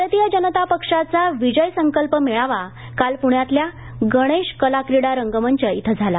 भारतीय जनता पक्षाचा विजय संकल्प मेळावा काल पूण्यातल्या गणेश कला क्रीडा रंगमंच श्वि झाला